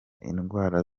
indwara